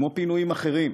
כמו פינויים אחרים,